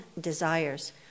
desires